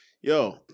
Yo